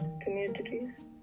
communities